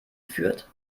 fürth